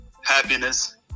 happiness